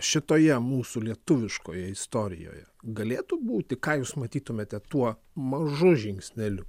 šitoje mūsų lietuviškoje istorijoje galėtų būti ką jūs matytumėte tuo mažu žingsneliu